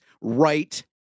right